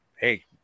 hey